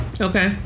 Okay